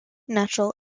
natural